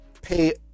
pay